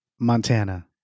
montana